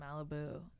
Malibu